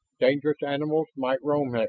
dangerous animals might roam